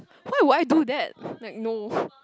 why would I do that like know